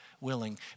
willing